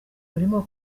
birimo